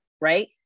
Right